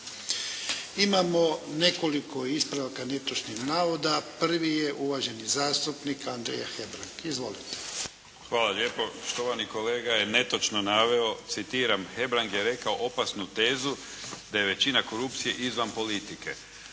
Imamo nekoliko ispravaka netočnih navoda. Prvi je uvaženi zastupnik Andrija Hebrang. Izvolite. **Hebrang, Andrija (HDZ)** Hvala lijepo. Štovani kolega je netočno naveo, citiram: "Hebrang je rekao opasnu tezu da je većina korupcije izvan politike."